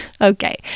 Okay